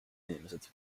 inimesed